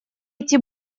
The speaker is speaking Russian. эти